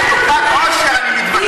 יש פה תוכנית, על חלוקת עושר אני מתווכח.